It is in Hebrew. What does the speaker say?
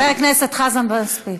חבר הכנסת חזן, מספיק.